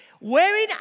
wearing